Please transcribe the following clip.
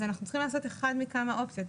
אז אנחנו צריכים לעשות אחד מכמה אופציות.